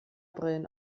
brillen